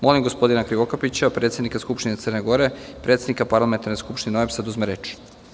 Molim gospodina Ranka Krivokapića, predsednika Skupštine Crne Gore i predsednika Parlamentarne skupštine OEBS–a, da uzme reč.